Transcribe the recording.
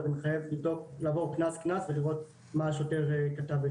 אבל זה מחייב לעבור קנס קנס ולראות מה השוטר כתב.